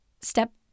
step